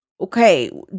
okay